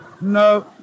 No